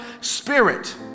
spirit